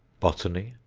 botany,